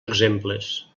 exemples